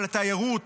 על התיירות.